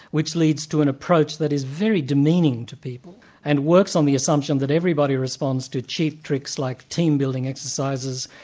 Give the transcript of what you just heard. which leads to an approach that is very demeaning to people and works on the assumption that everybody responds to cheap tricks like team-building exercises,